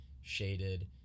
shaded